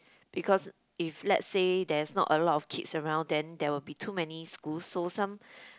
because if let's say there's not a lot of kids around then there will be too many schools so some